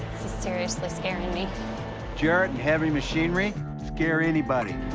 seriously scaring me jared and heavy machinery scare anybody